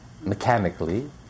mechanically